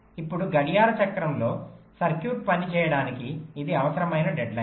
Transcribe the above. ఇచ్చిన గడియార చక్రంలో సర్క్యూట్ పనిచేయడానికి ఇది అవసరమైన డెడ్ లైన్